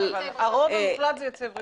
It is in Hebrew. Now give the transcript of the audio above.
אבל --- הרוב המוחלט זה יוצאי ברית המועצות.